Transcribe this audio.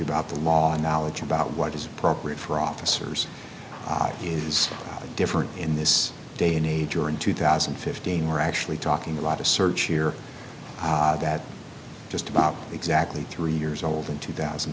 about the law and knowledge about what is appropriate for officers is different in this day and age you're in two thousand and fifteen you're actually talking a lot of search here that just about exactly three years old in two thousand